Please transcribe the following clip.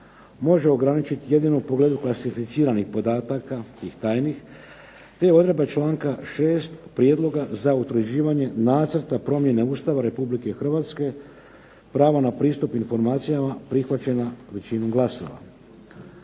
može ograničiti jedino u pogledu klasificiranih podataka, tih tajnih, te odredba članka 6. prijedloga za utvrđivanje nacrta promjene Ustava Republike Hrvatske, pravo na pristup informacijama prihvaćena većinom glasova.